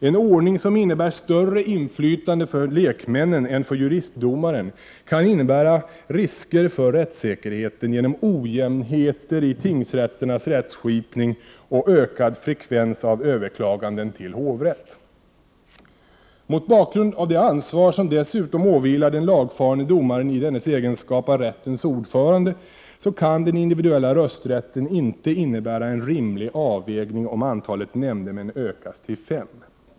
En ordning som innebär större inflytande för lekmännen än för juristdomaren kan innebära risker för rättssäkerheten genom ojämnheter i tingsrätternas rättskipning och ökad frekvens av överklaganden till hovrätt. Mot bakgrund av det ansvar som dessutom åvilar den lagfarne domaren i dennes egenskap av rättens ordförande kan den individuella rösträtten inte innebära en rimlig avvägning om antalet nämndemän ökas till fem.